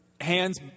hands